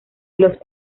los